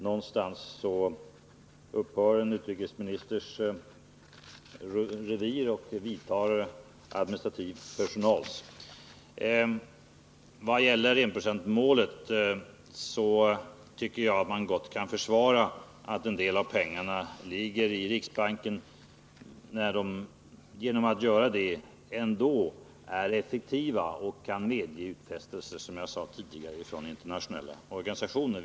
Någonstans upphör en utrikesministers revir och vidtar administrativ personals. Vad gäller enprocentsmålet tycker jag att man gott kan försvara att en del av pengarna ligger i riksbanken, när de genom att göra det ändå är effektiva och kan, som jag påpekade tidigare, medge utfästelser från internationella organisationer.